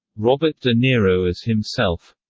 robert de niro as himself